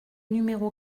numéro